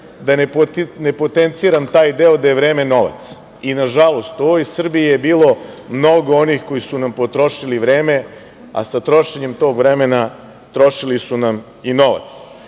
da ne potenciram taj deo da je vreme novac i nažalost u ovoj Srbiji je bilo mnogo onih koji su nam potrošili vreme, a sa trošenjem tog vremena trošili su nam i novac.